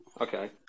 Okay